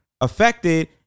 affected